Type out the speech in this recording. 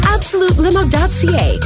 AbsoluteLimo.ca